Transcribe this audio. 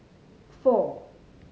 four